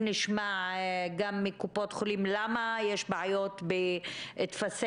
ממלאי תפקיד בכירים מתוחים,